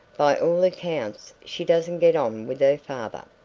by all accounts she doesn't get on with her father.